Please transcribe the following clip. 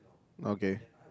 okay